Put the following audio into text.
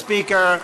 ה-Speaker.